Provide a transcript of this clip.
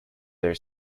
their